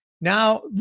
Now